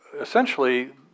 essentially